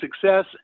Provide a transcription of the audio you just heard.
success